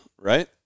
right